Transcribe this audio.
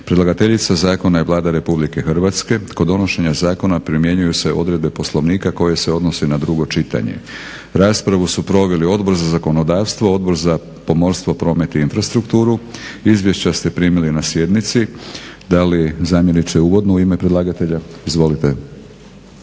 Predlagateljica zakona je Vlada Republike Hrvatske. Kod donošenja zakona primjenjuju se odredbe Poslovnika koje se odnose na drugo čitanje. Raspravu su proveli Odbor za zakonodavstvo, Odbor za pomorstvo, promet i infrastrukturu. Izvješća ste primili na sjednici. Da li zamjeniče uvodno u ime predlagatelja? Izvolite.